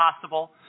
possible